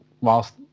whilst